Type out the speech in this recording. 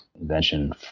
invention